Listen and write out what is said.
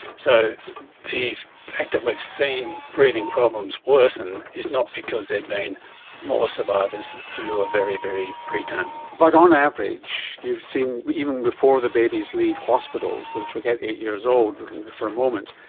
so the fact that we've seen breathing problems worsen is not because there have been more survivors who were very, very preterm. but on average you've seen, even before the babies leave hospital, so forget eight years old for a moment,